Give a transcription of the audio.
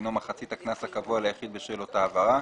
דינו מחצית הקנס הקבוע ליחיד בשל אותה עבירה.